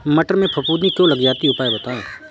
मटर में फफूंदी क्यो लग जाती है उपाय बताएं?